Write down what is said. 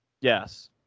Yes